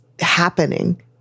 happening